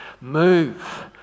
move